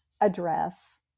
address